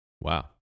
Wow